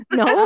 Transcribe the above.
no